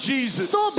Jesus